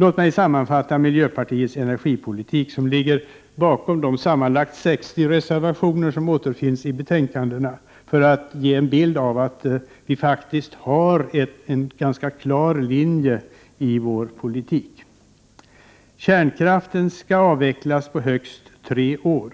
Låt mig nu sammanfatta miljöpartiets energipolitik som ligger bakom de sammanlagt 60 reservationer som återfinns i betänkandena för att ge en bild av att vi faktiskt har en ganska klar linje i vår politik. Kärnkraften skall avvecklas på högst tre år.